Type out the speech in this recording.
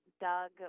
Doug